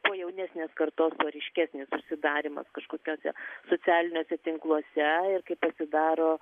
kuo jaunesnės kartos tuo ryškesnis užsidarymas kažkokiuose socialiniuose tinkluose ir kai pasidaro